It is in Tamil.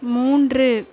மூன்று